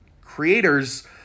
creators